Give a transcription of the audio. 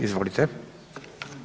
Izvolite.